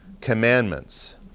commandments